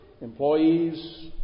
employees